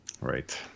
right